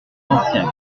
anciens